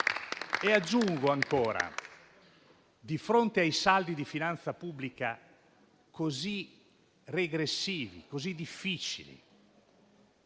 Aggiungo ancora: di fronte a saldi di finanza pubblica così regressivi, così difficili,